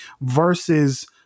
versus